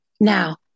Now